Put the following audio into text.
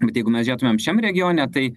bet jeigu mes žiūrėtumėm šiam regione tai